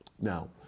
Now